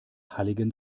halligen